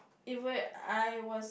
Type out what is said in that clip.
even I was